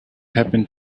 happened